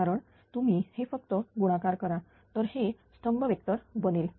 कारण तुम्ही हे फक्त गुणाकार करा तर हे स्तंभ वेक्टर बनेल